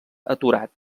aturat